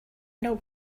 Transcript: know